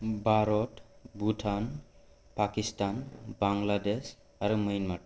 भारत भुटान पाकिस्तान बांलादेश आरो म्यानमार